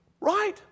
Right